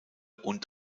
und